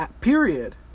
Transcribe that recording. Period